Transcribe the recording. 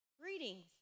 Greetings